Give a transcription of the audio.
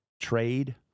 trade—